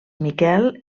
miquel